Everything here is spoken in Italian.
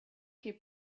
che